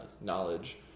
knowledge